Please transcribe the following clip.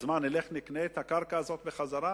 אז מה, נלך ונקנה את הקרקע הזאת בחזרה?